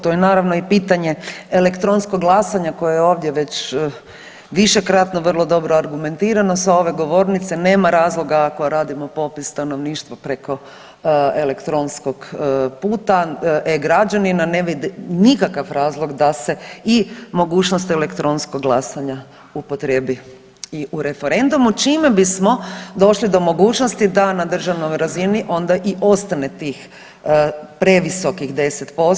To je naravno i pitanje elektronskog glasanja koje je ovdje već višekratno vrlo dobro argumentirano sa ove govornice, nema razloga ako radimo popis stanovništva preko elektronskog puta e-građanina, ne vidim nikakav razlog da se i mogućnost elektronskog glasanja upotrijebi i u referendumu, čime bismo došli do mogućnosti da na državnoj razini onda i ostane tih previsokih 10%